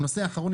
נושא אחרון,